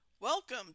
Welcome